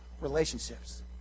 relationships